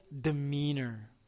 demeanor